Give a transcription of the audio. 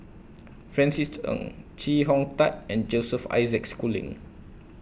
Francis Ng Chee Hong Tat and Joseph Isaac Schooling